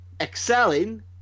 excelling